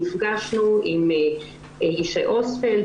נפגשנו עם ישי הוספלד,